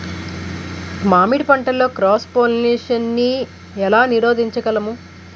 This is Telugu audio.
మామిడి పంటలో క్రాస్ పోలినేషన్ నీ ఏల నీరోధించగలము?